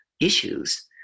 issues